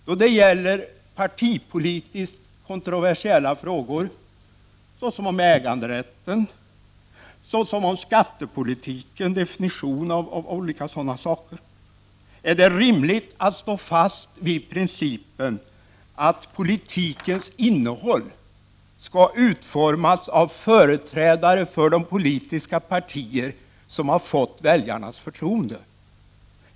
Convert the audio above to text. Då det gäller partipolitiskt kontroversiella frågor, såsom frågan om äganderätten och definitionen av skattepolitiken, är det rimligt att stå fast vid principen att politikens innehåll skall utformas av företrädare för de politiska partier som har fått väljarnas förtroende.